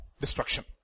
destruction